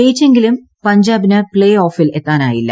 ജയിച്ചെങ്കിലും പഞ്ചാബിന് പ്പേ ഓഫിൽ എത്താനായില്ല